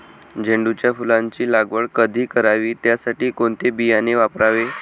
झेंडूच्या फुलांची लागवड कधी करावी? त्यासाठी कोणते बियाणे वापरावे?